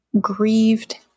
grieved